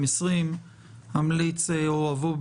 אנחנו יודעים